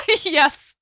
Yes